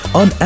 on